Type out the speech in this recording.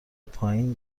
پایین